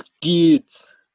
kids